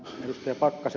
tämä ed